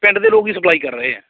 ਪਿੰਡ ਦੇ ਲੋਕ ਹੀ ਸਪਲਾਈ ਕਰ ਰਹੇ ਹੈ